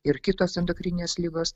ir kitos endokrininės ligos